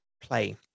play